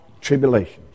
tribulations